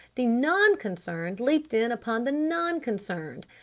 the non-concerned leaped in upon the non-concerned!